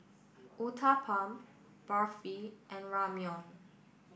Uthapam Barfi and Ramyeon